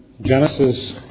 Genesis